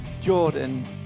jordan